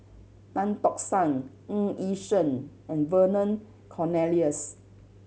Tan Tock San Ng Yi Sheng and Vernon Cornelius